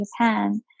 Japan